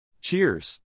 Cheers